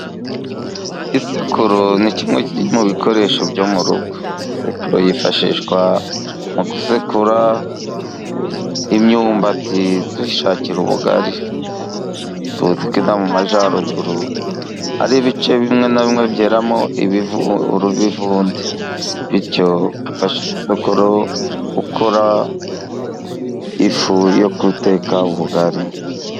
Isekuru ni kimwe mu bikoresho byo mu rugo. Isekururo yifashishwa mu gusekura imyumbati tuyishakira ubugari, tuziko mu majyaruguru hari ibice bimwe na bimwe byeramo ibivunde bityo twifashisha isekuro dukora ifu yo guteka ubugari.